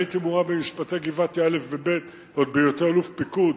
אני הייתי מעורב במשפטי גבעתי א' וב' עוד בהיותי אלוף פיקוד,